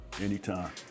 Anytime